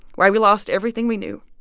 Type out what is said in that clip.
why we lost everything we knew,